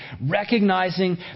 Recognizing